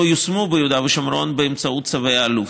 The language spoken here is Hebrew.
הם לא יושמו ביהודה ושומרון באמצעות צווי האלוף.